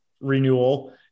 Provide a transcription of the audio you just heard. renewal